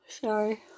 sorry